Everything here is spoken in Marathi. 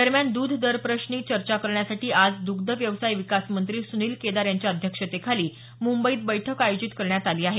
दरम्यान द्ध दरप्रश्नी चर्चा करण्यासाठी आज द्ग्ध व्यवसाय विकास मंत्री सुनील केदार यांच्या अध्यक्षतेखाली मुंबईत बैठक आयोजित करण्यात आली आहे